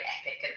epic